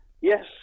yes